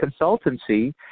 Consultancy